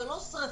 זה לא שריפה,